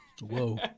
Whoa